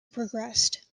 progressed